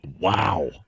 Wow